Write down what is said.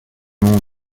nom